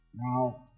Now